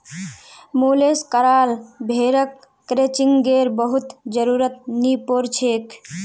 मुलेस कराल भेड़क क्रचिंगेर बहुत जरुरत नी पोर छेक